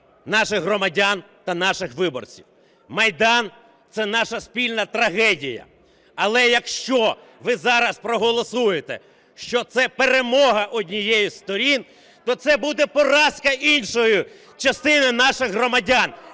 наших громадян та наших виборців. Майдан – це наша спільна трагедія. Але якщо ви зараз проголосуєте, що це перемога однієї із сторін, то це буде поразка іншої частини наших громадян.